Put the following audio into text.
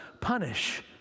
punish